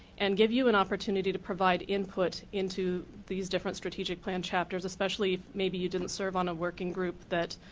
and give you an opportunity to provide input into these different strategic plan chapters, especially maybe you didn't serve on a working group that